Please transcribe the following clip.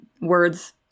words